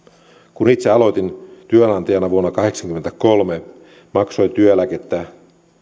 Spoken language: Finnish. kun itse aloitin työnantajana vuonna kahdeksankymmentäkolme maksoin työeläkettä